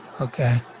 Okay